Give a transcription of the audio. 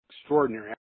extraordinary